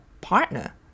partner